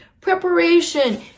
preparation